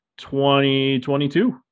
2022